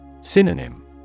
Synonym